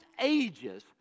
ages